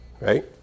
Right